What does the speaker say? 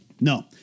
No